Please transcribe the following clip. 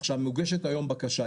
עכשיו מוגשת היום בקשה,